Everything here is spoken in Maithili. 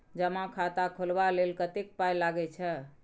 जमा खाता खोलबा लेल कतेक पाय लागय छै